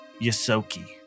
Yasoki